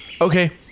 Okay